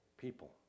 people